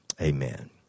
Amen